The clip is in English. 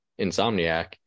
Insomniac